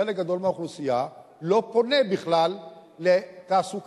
חלק גדול מהאוכלוסייה לא פונה בכלל לתעסוקה,